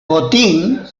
botín